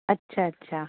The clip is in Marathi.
अच्छा अच्छा